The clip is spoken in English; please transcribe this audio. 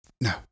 No